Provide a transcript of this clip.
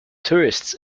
tourists